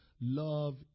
love